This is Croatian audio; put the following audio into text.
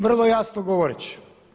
Vrlo jasno govoreći.